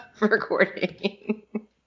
recording